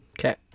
Okay